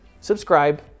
subscribe